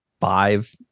five